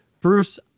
Bruce